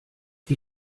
die